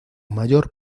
mayor